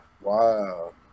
wow